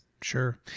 Sure